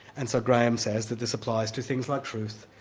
and so graham says that this applies to things like truth,